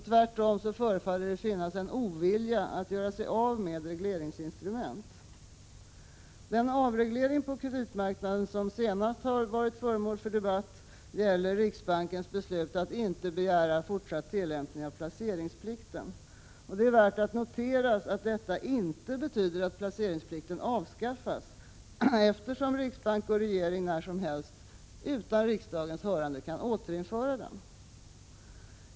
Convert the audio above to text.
Tvärtom förefaller det finnas en ovilja att göra sig av med regleringsinstrument. Den avreglering av kreditmarknaden som senast har varit föremål för debatt gäller riksbankens beslut att inte begära fortsatt tillämpning av placeringsplikten. Det är värt att noteras att detta inte betyder att placeringsplikten har avskaffats, eftersom riksbank och regering när som helst utan riksdagens hörande kan återinföra den.